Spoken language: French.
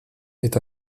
est